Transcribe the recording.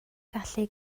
gallu